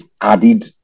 added